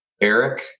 Eric